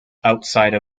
outside